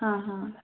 ହଁ ହଁ